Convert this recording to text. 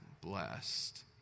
blessed